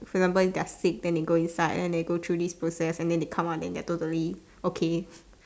for example if they're sick then they go inside then they go through these process then they come out then they are totally okay